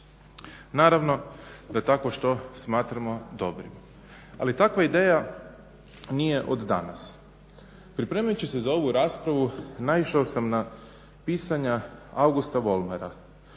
Naravno da takvo što smatramo dobrim, ali takva ideja nije od danas. Pripremajući za ovu raspravu naišao sam na pisanja Augusta Volvera,